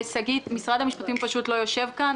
נציגי משרד המשפטים פשוט לא יושבים כאן.